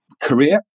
career